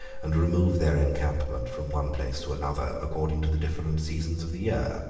and remove their encampment from one place to another, according to the different seasons of the year.